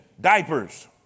Diapers